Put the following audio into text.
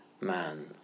man